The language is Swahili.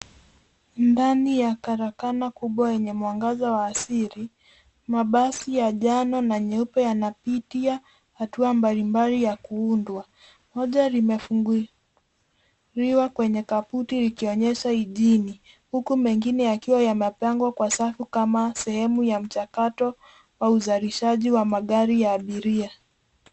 Ndani ya karakana kubwa yenye mwangaza wa asili, mabasi ya njano na nyeupe yanapitia hatua mbalimbali ya kuundwa. Mmoja limefunguliwa kwenye kabuti likionyesha injini, huku mengine yakiwa yamepangwa kwa safu kama sehemu ya mchakato au uzalishaji wa magari ya abiria.